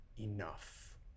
Enough